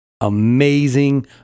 Amazing